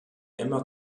immer